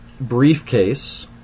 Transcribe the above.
briefcase